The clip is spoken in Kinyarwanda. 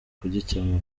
kugikemura